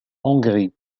hongrie